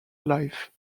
life